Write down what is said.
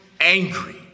angry